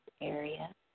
area